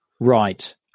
Right